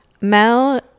Mel